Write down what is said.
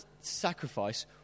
sacrifice